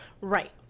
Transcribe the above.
Right